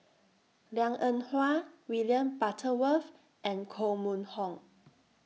Liang Eng Hwa William Butterworth and Koh Mun Hong